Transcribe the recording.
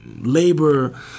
Labor